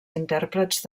intèrprets